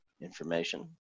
information